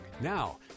Now